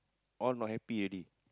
all not happy already